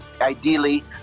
ideally